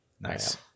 nice